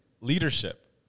leadership